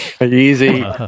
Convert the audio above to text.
Easy